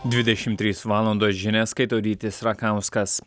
dvidešimt trys valandos žinias skaito rytis rakauskas